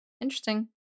interesting